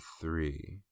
three